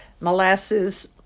molasses